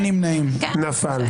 נפל.